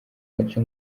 gace